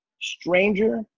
Stranger